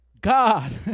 God